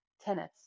tennis